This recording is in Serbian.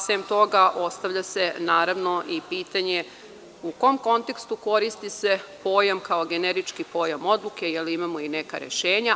Sem toga ostavlja se naravno i pitanje – u kom kontekstu se koristi pojam kao generički pojam odluke, jer imamo i neka rešenja.